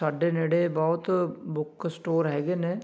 ਸਾਡੇ ਨੇੜੇ ਬਹੁਤ ਬੁੱਕ ਸਟੋਰ ਹੈਗੇ ਨੇ